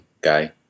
guy